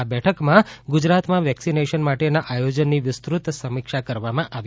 આ બેઠકમાં ગુજરાતમાં વેક્સિનેશન માટેના આયોજનની વિસ્તૃત સમીક્ષા કરવામાં આવી હતી